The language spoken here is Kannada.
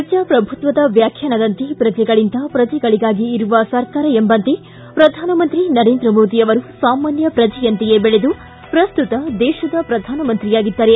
ಪ್ರಜಾಪ್ರಭುತ್ವದ ವ್ಯಾಖ್ಯಾನದಂತೆ ಪ್ರಜೆಗಳಿಂದ ಪ್ರಜೆಗಳಿಗಾಗಿ ಇರುವ ಸರ್ಕಾರ ಎಂಬಂತೆ ಪ್ರಧಾನಮಂತ್ರಿ ನರೇಂದ್ರ ಮೋದಿ ಅವರು ಸಾಮಾನ್ಯ ಪ್ರಜೆಯಂತೆಯೇ ಬೆಳೆದು ಪ್ರಸ್ತುತ ದೇಶದ ಪ್ರಧಾನ ಮಂತ್ರಿಯಾಗಿದ್ದಾರೆ